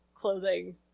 clothing